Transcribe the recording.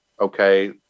okay